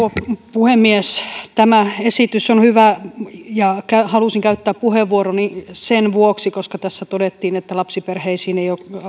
puhemies tämä esitys on hyvä ja halusin käyttää puheenvuoroni sen vuoksi että tässä todettiin että lapsiperheisiin ei